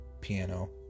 piano